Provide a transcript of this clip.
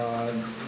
and